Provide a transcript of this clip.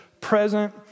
present